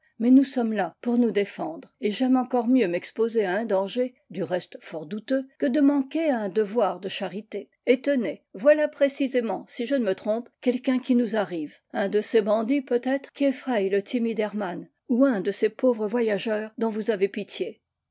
mais nous sommes là pour nous défendre et j'aime encore mieux m'exposer à un danger du reste fort douteux que de manquer â un devoir de charité et tenez voilà précisément si je ne me trompe quelqu'un qui nous arrive un de ces bandits peut-être qui effrayent le timide hermann ou un de ces pauvres voyageurs dont vous avez pitié